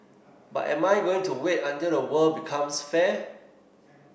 but am I going to wait until the world becomes fair